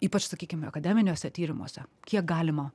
ypač sakykime akademiniuose tyrimuose kiek galima